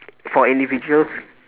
for individuals